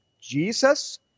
Jesus